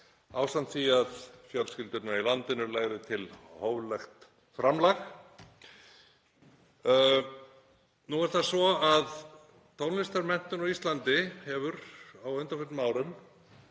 ásamt því að fjölskyldurnar í landinu legðu til hóflegt framlag. Nú er það svo að tónlistarmenntun á undanförnum árum